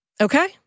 Okay